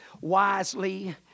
wisely